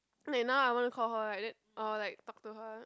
wait now I wanna call her right then or like talk to her